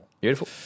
Beautiful